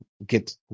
get